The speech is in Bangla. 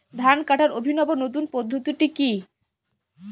ধান কাটার অভিনব নতুন পদ্ধতিটি কি?